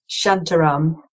Shantaram